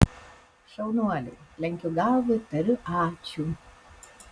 šaunuoliai lenkiu galvą ir tariu ačiū